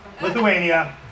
Lithuania